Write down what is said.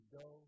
go